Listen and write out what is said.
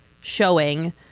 showing